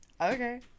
Okay